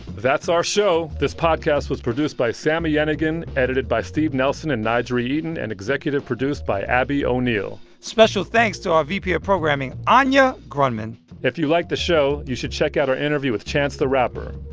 that's our show. this podcast was produced by sami yenigun, edited by steve nelson and n'jeri eaton and executive produced by abby o'neill special thanks to our vp of programming, anya grundmann if you like the show, you should check out our interview with chance the rapper.